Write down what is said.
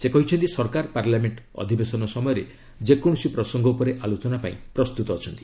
ସେ କହିଛନ୍ତି ସରକାର ପାର୍ଲାମେଙ୍କ ଅଧିବେଶନ ସମୟରେ ଯେକୌଣସି ପ୍ରସଙ୍ଗ ଉପରେ ଆଲୋଚନା ପାଇଁ ପ୍ରସ୍ତୁତ ଅଛନ୍ତି